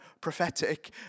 prophetic